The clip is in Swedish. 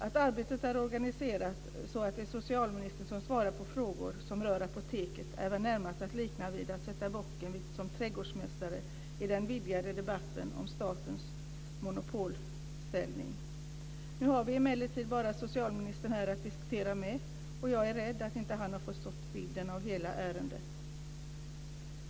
Att arbetet är så organiserat att det är socialministern som svarar på frågor som rör Apoteket är väl närmast att likna vid att sätta bocken som trädgårdsmästare i den vidgade debatten om statens monopolställning. Nu har vi emellertid bara socialministern här att diskutera med, och jag är rädd att han inte har förstått vidden av hela ärendet.